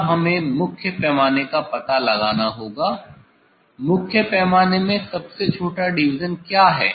अब हमें मुख्य पैमाने का पता लगाना होगा मुख्य पैमाने में सबसे छोटा डिविजन क्या है